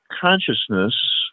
consciousness